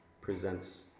presents